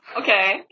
Okay